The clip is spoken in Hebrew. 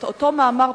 אותו מאמר,